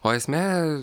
o esmė